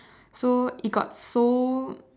so it got so